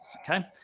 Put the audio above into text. okay